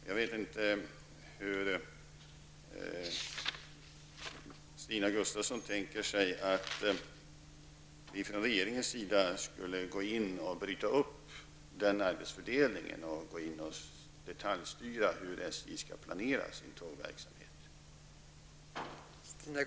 Jag vet inte hur Stina Gustavsson tänker sig att vi från regeringens sida skulle gå in och bryta upp arbetsfördelningen och detaljstyra hur SJ skall planera sin tågverksamhet.